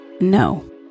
No